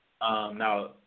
Now